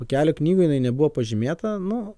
kelio knygoj jinai nebuvo pažymėta nu